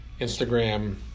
Instagram